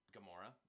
Gamora